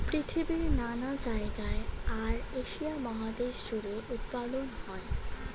পৃথিবীর নানা জায়গায় আর এশিয়া মহাদেশ জুড়ে উৎপাদন হয়